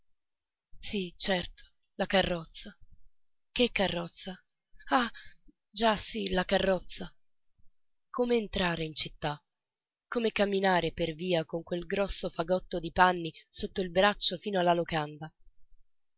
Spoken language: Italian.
sì certo la carrozza che carrozza ah già sì la carrozza come entrare in città come camminare per via con quel grosso fagotto di panni sotto il braccio fino alla locanda